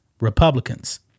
Republicans